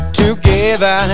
together